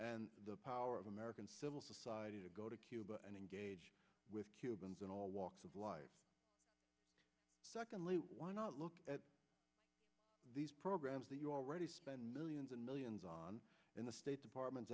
and the power of american civil society to go to cuba and engage with cubans in all walks of life secondly why not look at these programs that you already spend millions and millions on in the state department